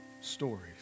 stories